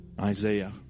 Isaiah